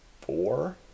four